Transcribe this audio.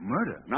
Murder